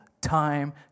time